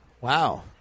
Wow